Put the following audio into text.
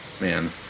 man